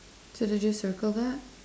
so did you circle that